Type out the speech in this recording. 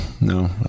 no